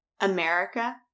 America